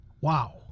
Wow